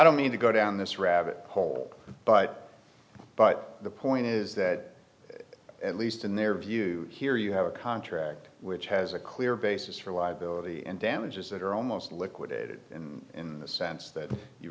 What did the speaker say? don't mean to go down this rabbit hole but but the point is that at least in their view here you have a contract which has a clear basis for liability and damages that are almost liquidated in the sense that you